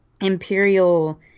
Imperial